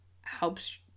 helps